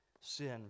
sin